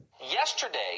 Yesterday